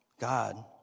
God